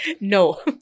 no